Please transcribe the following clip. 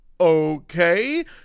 okay